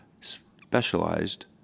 specialized